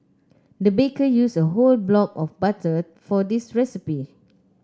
the baker used a whole block of butter for this recipe